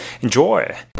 Enjoy